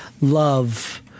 love